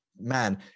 man